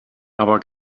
aber